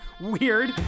weird